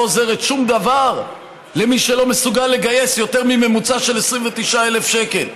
לא עוזרת בשום דבר למי שלא מסוגל לגייס יותר מממוצע של 29,000 שקל.